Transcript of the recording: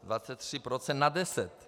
Z 23 % na 10.